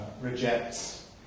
rejects